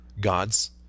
gods